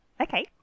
Okay